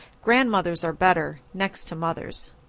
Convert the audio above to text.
grandmothers are better, next to mothers.